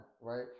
right